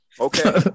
Okay